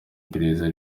iperereza